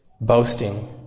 boasting